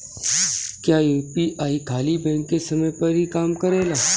क्या यू.पी.आई खाली बैंक के समय पर ही काम करेला?